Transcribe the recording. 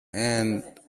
and